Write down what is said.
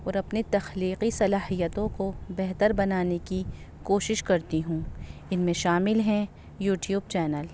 اور اپنی تخلیقی صلاحیتوں کو بہتر بنانے کی کوشش کرتی ہوں ان میں شامل ہیں یوٹیوب چینل